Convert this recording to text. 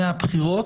הבחירות.